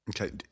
Okay